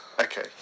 okay